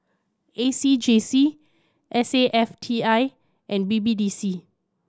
A C J C S A F T I and B B D C